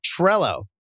Trello